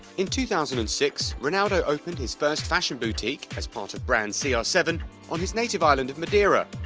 in two thousand and six, cristiano ronaldo opened his first fashion boutique as part of brand c r seven on his native island of madeira.